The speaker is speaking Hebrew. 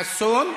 חסון,